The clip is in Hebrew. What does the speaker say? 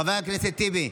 חבר הכנסת טיבי,